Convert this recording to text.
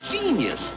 Genius